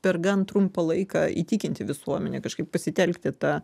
per gan trumpą laiką įtikinti visuomenę kažkaip pasitelkti tą